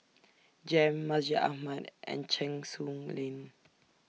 Jem Masjid Ahmad and Cheng Soon Lane